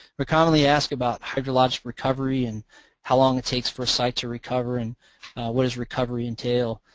we're commonly asked about hydrologic recovery and how long it takes for site to recover and what does recovery entail.